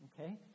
okay